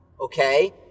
Okay